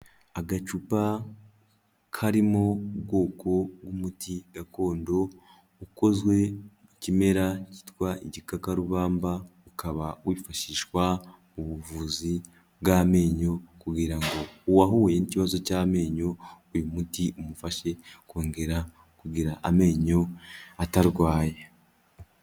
Agacupa karimo ubwoko bw'umuti gakondo ukozwe mu kimera cyitwa igikakarubamba, ukaba wifashishwa mu buvuzi bw'amenyo kugira ngo uwahuye n'ikibazo cy'amenyo uyu muti umufashe kongera kugira amenyo atarwaye.